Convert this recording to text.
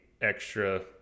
extra